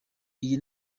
iyi